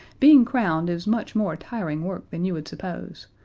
being crowned is much more tiring work than you would suppose,